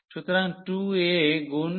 সুতরাং 2a গুন a